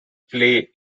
play